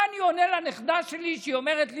מה אני עונה לנכדה שלי כשהיא אומרת לי: